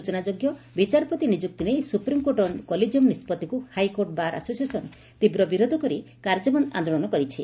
ସ୍ଚନାଯୋଗ୍ୟ ବିଚାରପତି ନିଯୁକ୍ତି ନେଇ ସ୍ପ୍ରିମକୋର୍ଟର କଲେଜିୟମ୍ ନିଷ୍ବଭିକ୍ ହାଇକୋର୍ଟ ବାର୍ ଆସୋସିଏସନ୍ ତୀବ୍ର ବିରୋଧ କରି କାର୍ଯ୍ୟବନ୍ଦ ଆନ୍ଦୋଳନ କରିଛି